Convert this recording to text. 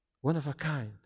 one-of-a-kind